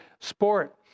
sport